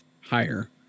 higher